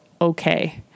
okay